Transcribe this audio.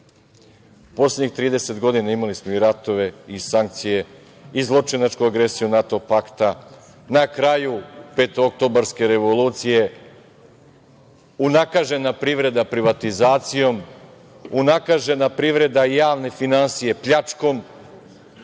Poslednjih trideset godina, imali smo i ratove i sankcije, i zločinačku agresiju nato pakta, na kraju petooktobarske revolucije, unakažena privreda privatizacijom, unakažena privreda i javne finansije pljačkom